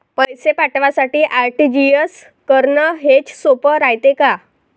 पैसे पाठवासाठी आर.टी.जी.एस करन हेच सोप रायते का?